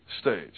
stage